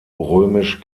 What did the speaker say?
römisch